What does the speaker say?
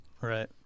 Right